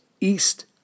east